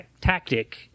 tactic